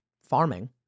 farming